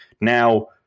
Now